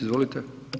Izvolite.